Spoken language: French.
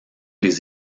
les